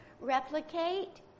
replicate